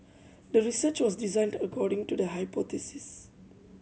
the research was designed according to the hypothesis